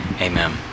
Amen